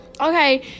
Okay